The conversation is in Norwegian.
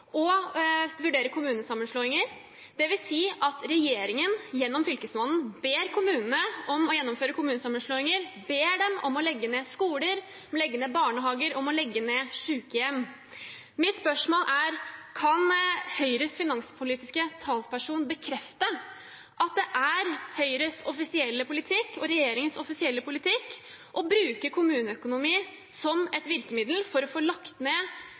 og vurdere kommunesammenslåinger, dvs. at regjeringen – gjennom fylkesmannen – ber kommunene om å gjennomføre kommunesammenslåinger, ber dem om å legge ned skoler, om å legge ned barnehager, om å legge ned sykehjem. Mitt spørsmål er: Kan Høyres finanspolitiske talsperson bekrefte at det er Høyres og regjeringens offisielle politikk å bruke kommuneøkonomi som et virkemiddel for å få lagt ned